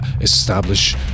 establish